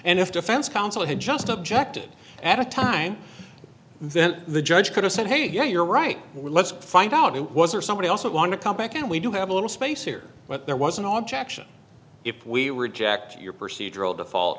and if defense counsel had just objected at a time then the judge could have said hey you're right let's find out who it was or somebody else might want to come back and we do have a little space here but there was an object if we reject your procedural default